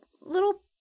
little